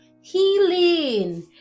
healing